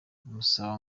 musaba